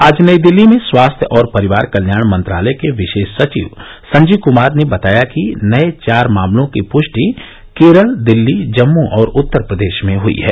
आज नई दिल्ली में स्वास्थ्य और परिवार कल्याण मंत्रालय के विशेष सचिव संजीव कुमार ने बताया कि नये चार मामलों की पृष्टि केरल दिल्ली जम्मू और उत्तर प्रदेश में हई है